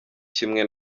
kimwe